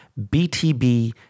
BTB